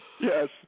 Yes